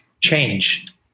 change